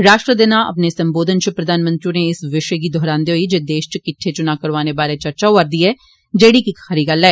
राष्ट्र दे नां अपने सम्बोधन च प्रधानमंत्री होरे इस विशे गी दौहरान्दे होई जे देसै च किट्डे चुना करोआने बारै चर्चा होआ रदी ऐ जेड़ी कि इक खरी गल्ल ऐ